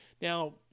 now